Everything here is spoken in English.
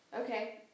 Okay